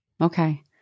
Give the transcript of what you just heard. Okay